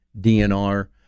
DNR